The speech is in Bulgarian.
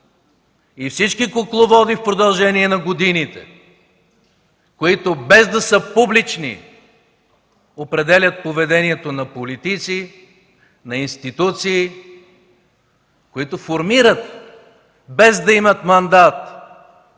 и всички кукловоди в продължение на годините, които без да са публични, определят поведението на политици, институции, които формират, без да имат мандат,